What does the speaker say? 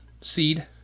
seed